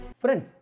Friends